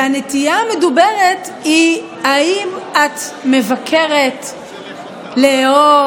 והנטייה המדוברת היא אם את מבכרת לאהוב,